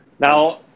Now